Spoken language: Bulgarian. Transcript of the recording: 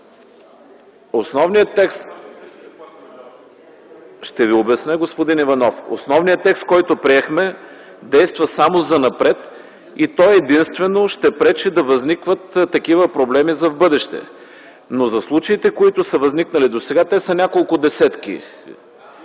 основният текст, който приехме действа само занапред и той единствено ще пречи да възникват такива проблеми за в бъдеще. Но за случаите, които са възникнали досега, те са няколко десетки...(Силен